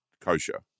kosher